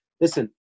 Listen